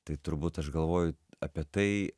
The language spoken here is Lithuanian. tai turbūt aš galvoju apie tai